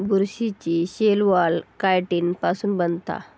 बुरशीची cell wall chitin पासुन बनता